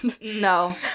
No